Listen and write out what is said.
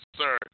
sir